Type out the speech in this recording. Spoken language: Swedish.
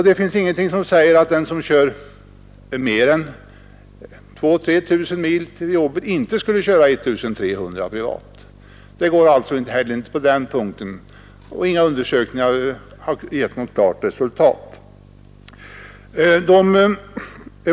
Det finns ingenting som säger att den som kör mer än 2 000—3 000 mil till jobbet inte skulle köra 1 300 mil privat. Det går inte att hävda något annat på den punkten, även om undersökningarna inte har givit ett klart resultat.